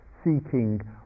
seeking